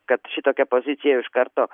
kad šitokia pozicija iš karto